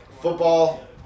Football